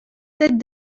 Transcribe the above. tête